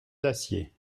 d’acier